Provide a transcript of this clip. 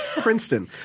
Princeton